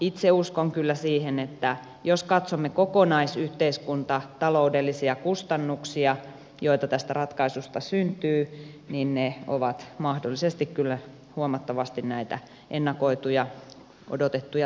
itse uskon kyllä siihen että jos katsomme kokonaisyhteiskuntataloudellisia kustannuksia joita tästä ratkaisusta syntyy niin ne ovat mahdollisesti kyllä huomattavasti näitä ennakoituja odotettuja säästöjä suuremmat